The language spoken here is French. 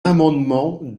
amendement